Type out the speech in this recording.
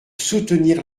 soutenir